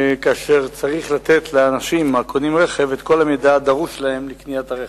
וצריך לתת לאנשים הקונים רכב את כל המידע הדרוש להם לקניית הרכב.